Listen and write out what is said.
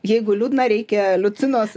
jeigu liūdna reikia liucinos